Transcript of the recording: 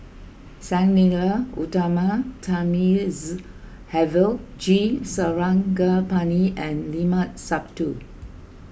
Sang Nila Utama Thamizhavel G Sarangapani and Limat Sabtu